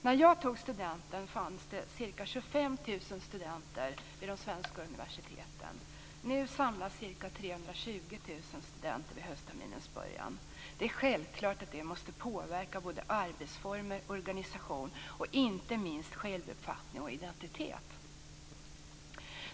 När jag tog studenten fanns det ca 25 000 studenter vid de svenska universiteten. Nu samlas ca 320 000 studenter vid höstterminens början. Det är självklart att detta måste påverka både arbetsformer och organisation och inte minst självuppfattning och identitet.